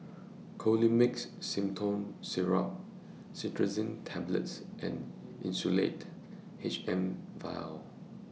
Colimix Simethicone Syrup Cetirizine Tablets and Insulatard H M Vial